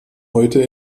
heute